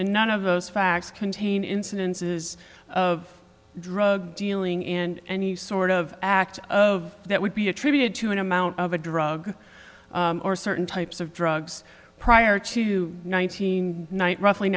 and none of those facts contain incidences of drug dealing in any sort of act of that would be attributed to an amount of a drug or certain types of drugs prior to nineteen night roughly